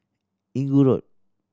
Inggu Road